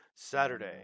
Saturday